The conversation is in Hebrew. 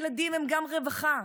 ילדים הם גם רווחה,